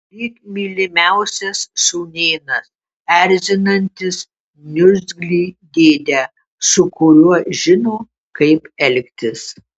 lyg mylimiausias sūnėnas erzinantis niurzglį dėdę su kuriuo žino kaip elgtis